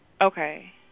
Okay